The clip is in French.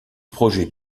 projet